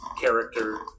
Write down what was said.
character